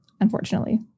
unfortunately